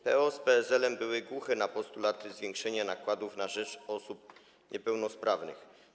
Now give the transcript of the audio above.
PO i PSL były głuche na postulaty zwiększenia nakładów na rzecz osób niepełnosprawnych.